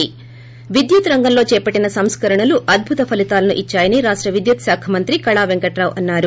ి ప్రి విద్యుత్ రంగంలో చేపట్టిన సంస్కరణలు అద్దుత ఫలీతాలను ఇద్పాయని రాష్ట విద్యుత్ శాఖ మంత్రి కళా పెంకటరావు అన్నారు